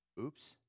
oops